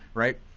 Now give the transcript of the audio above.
right?